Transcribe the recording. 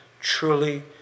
truly